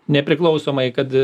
nepriklausomai kad